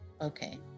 Okay